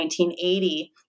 1980